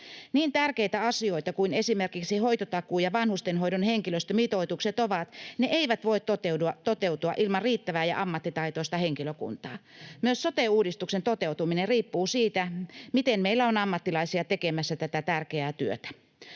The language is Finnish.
Niin tärkeitä asioita kuin esimerkiksi hoitotakuu ja vanhustenhoidon henkilöstömitoitukset ovatkin, ne eivät voi toteutua ilman riittävää ja ammattitaitoista henkilökuntaa. Myös sote-uudistuksen toteutuminen riippuu siitä, miten meillä on ammattilaisia tekemässä tätä tärkeää työtä.